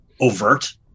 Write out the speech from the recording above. overt